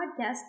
Podcast